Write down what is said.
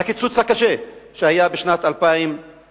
הקיצוץ הקשה שהיה בשנת 2003,